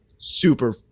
super